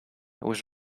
was